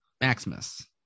Maximus